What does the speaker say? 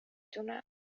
دونم